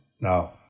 Now